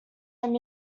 them